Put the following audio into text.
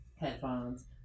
headphones